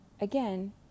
again